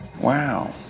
Wow